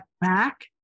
back